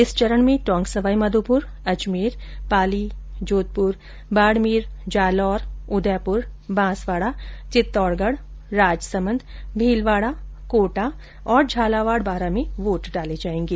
इस चरण में टोंक सवाईमाधोपुर अजमेर पाली जोधपुर बाडमेर जालोर उदयपुर बांसवाडा चित्तौडगढ राजसमंद भीलवाडा कोटा और झालावाड बारा में वोट डाले जायेंगे